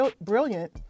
brilliant